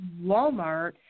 Walmart